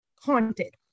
haunted